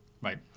Right